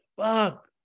Fuck